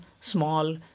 small